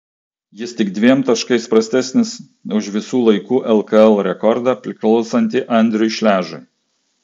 jis tik dviem taškais prastesnis už visų laikų lkl rekordą priklausantį andriui šležui